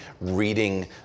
reading